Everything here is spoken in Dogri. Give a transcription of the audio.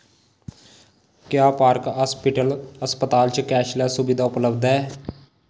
क्या पार्क हास्पिटल अस्पताल च कैशलैस्स सुबधा उपलब्ध ऐ